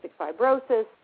fibrosis